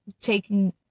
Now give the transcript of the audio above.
taking